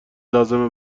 لازمه